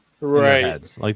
Right